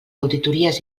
auditories